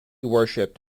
worshipped